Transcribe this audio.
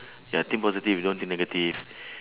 ya think positive don't think negative